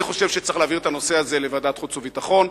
אני חושב שצריך להעביר את הנושא הזה לוועדת החוץ והביטחון,